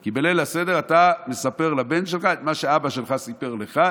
כי בליל הסדר אתה מספר לבן שלך את מה שאבא שלך סיפר לך,